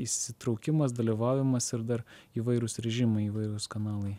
įsitraukimas dalyvavimas ir dar įvairūs režimai įvairūs kanalai